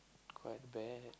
quite bad